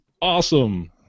awesome